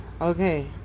Okay